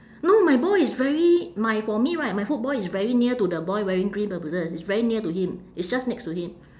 no my ball is very my for me right my football is very near to the boy wearing green bermudas it's very near to him it's just next to him